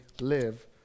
live